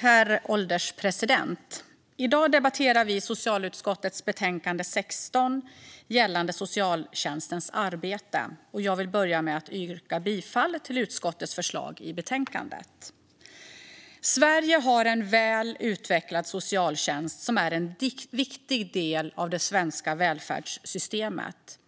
Herr ålderspresident! I dag debatterar vi socialutskottets betänkande 16 gällande socialtjänstens arbete. Jag vill börja med att yrka bifall till utskottets förslag i betänkandet. Sverige har en väl utvecklad socialtjänst som är en viktig del av det svenska välfärdssystemet.